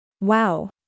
Wow